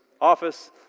office